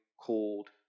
called